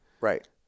Right